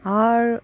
आर